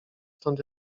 stąd